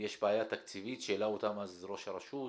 שיש בעיה תקציבית, שהעלה אותם אז ראש הרשות.